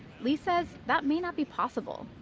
lee says that may not be possible.